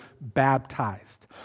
baptized